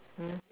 mm